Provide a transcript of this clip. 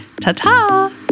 Ta-ta